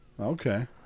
Okay